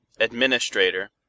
Administrator